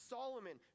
Solomon